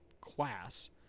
class